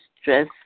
stress